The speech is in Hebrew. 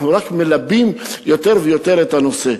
אנחנו רק מלבים יותר ויותר את הנושא.